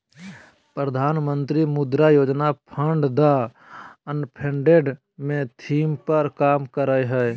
प्रधानमंत्री Mudra Yojana fund the unfunded के theme पर काम करय हइ